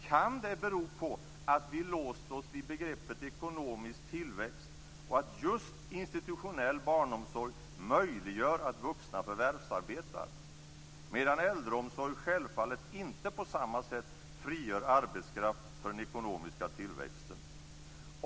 Kan det bero på att vi låst oss vid begreppet ekonomisk tillväxt, och att just institutionell barnomsorg möjliggör att vuxna förvärvsarbetar? Äldreomsorg frigör självfallet inte på samma sätt arbetskraft för den ekonomiska tillväxten.